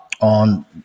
on